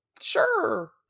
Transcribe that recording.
sure